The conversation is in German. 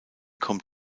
kommt